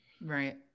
Right